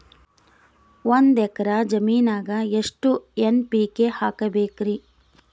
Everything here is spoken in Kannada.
ಒಂದ್ ಎಕ್ಕರ ಜಮೀನಗ ಎಷ್ಟು ಎನ್.ಪಿ.ಕೆ ಹಾಕಬೇಕರಿ?